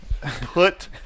Put